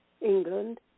England